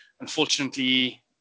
unfortunately